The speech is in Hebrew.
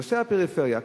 נושא הפריפריה,